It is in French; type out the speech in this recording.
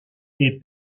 est